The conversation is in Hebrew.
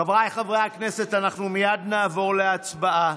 חבריי חברי הכנסת, אנחנו מייד נעבור להצבעה.